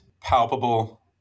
palpable